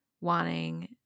wanting